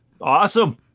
awesome